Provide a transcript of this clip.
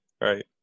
right